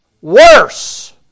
worse